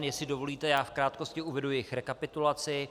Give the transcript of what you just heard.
Jestli dovolíte, v krátkosti uvedu jejich rekapitulaci.